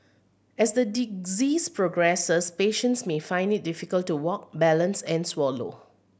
as the disease progresses patients may find it difficult to walk balance and swallow